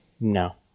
No